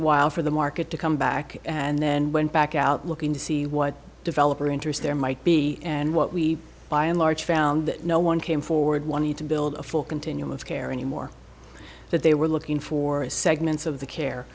a while for the market to come back and then went back out looking to see what developer interest there might be and what we by and large found that no one came forward wanted to build a full continuum of care anymore that they were looking for a segments of the care